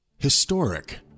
Historic